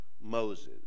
Moses